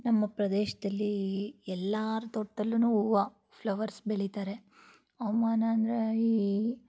ನಮ್ಮ ಪ್ರದೇಶದಲ್ಲಿ ಎಲ್ಲರ ತೋಟ್ದಲ್ಲೂ ಹೂವ ಫ್ಲವರ್ಸ್ ಬೆಳೀತಾರೆ ಹವ್ಮಾನ ಅಂದರೆ ಈ